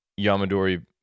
Yamadori